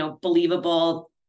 believable